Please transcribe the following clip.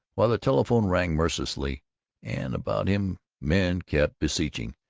while the telephone rang mercilessly and about him men kept beseeching,